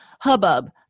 hubbub